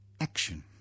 action